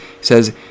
says